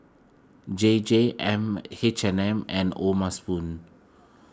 J J M H and M and O'ma Spoon